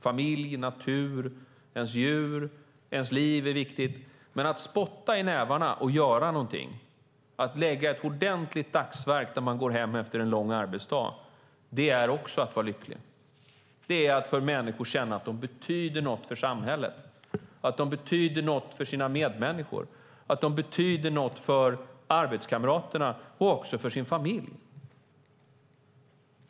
Familj, natur, ens djur och ens liv är viktigt, men att spotta i nävarna och göra någonting, att göra ett ordentligt dagsverke och sedan gå hem efter en lång arbetsdag, det är också att vara lycklig. Det är för människor att känna att de betyder något för samhället, för sina medmänniskor, för arbetskamraterna och också för sin familj.